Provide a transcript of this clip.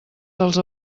dels